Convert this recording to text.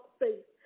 faith